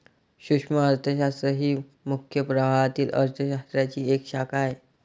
सूक्ष्म अर्थशास्त्र ही मुख्य प्रवाहातील अर्थ शास्त्राची एक शाखा आहे